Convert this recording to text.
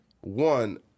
one